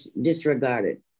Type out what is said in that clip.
disregarded